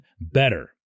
better